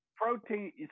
protein